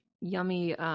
yummy